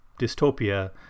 dystopia